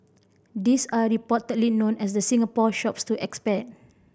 these are reportedly known as the Singapore Shops to expat